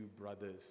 brothers